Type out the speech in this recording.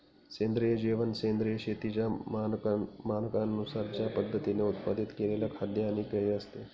सेंद्रिय जेवण सेंद्रिय शेतीच्या मानकांनुसार त्या पद्धतीने उत्पादित केलेले खाद्य आणि पेय असते